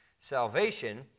salvation